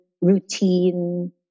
routine